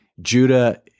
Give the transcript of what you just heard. Judah